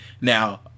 Now